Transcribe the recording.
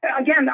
again